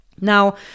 Now